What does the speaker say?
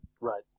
Right